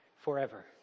forever